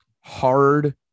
hard